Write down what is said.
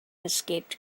escaped